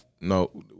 No